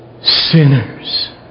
sinners